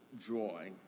joy